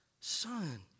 Son